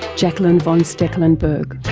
jacquelein van stekelenberg.